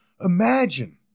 Imagine